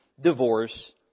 divorce